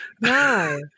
No